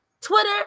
Twitter